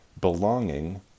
Belonging